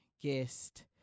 guest